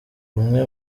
umwe